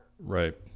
Right